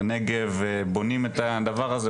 בנגב בונים את הדבר הזה,